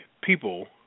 people